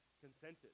consented